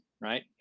right